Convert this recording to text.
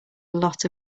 lot